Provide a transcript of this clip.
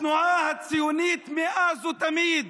התנועה הציונית מאז ומתמיד